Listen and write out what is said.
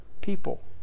people